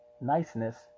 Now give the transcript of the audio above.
niceness